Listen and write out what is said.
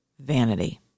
vanity